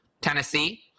Tennessee